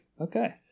Okay